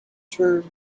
term